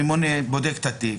הממונה בודק את התיק,